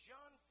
John